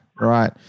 right